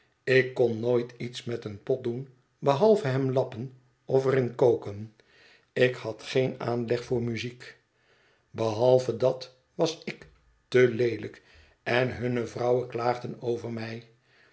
ik kon nooit iets met een pot doen behalve hem lappen of er in koken ik had geen aanleg voor muziek behalve dat was ik te leelijk en hunne vrouwen klaagden over mij